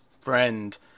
friend